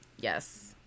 Yes